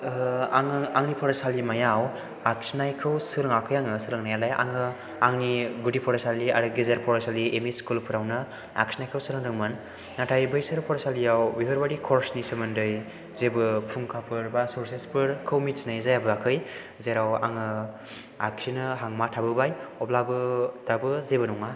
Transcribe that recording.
आं आंनि फरायसालिमायाव आखिनायखौ सोलोङाखै आं सोलोंनाया आं आंनि गुदि फरायसालि आरो गेजेर फरायसालि एमइ स्कुलावनो आखिनायखौ सोलोंदोंमोन नाथाय बैसोर फरायसालियाव बेफोरबायदि कर्सनि सोमोन्दै जेबो फुंखाफोर बा सर्सेसफोरखौ मिथिनाय जाबोयाखै जेराव आङो आखिनो हांमा थाबोबाय अब्लाबो दाबो जेबो नङा